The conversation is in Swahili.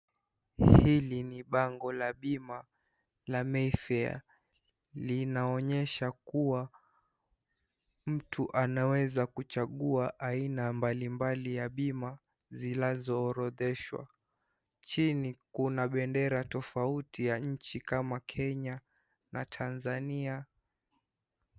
Hili ni pango la bima la Mayfair. Linaonyesha kuwa mtu anaweza kuchaguwa aina mbalimbali ya bima zinazoorodheshwa. Chini kuna bendera tofauti ya nchi kama Kenya na Tanzania .